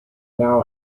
now